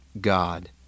God